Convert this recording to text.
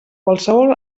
qualsevol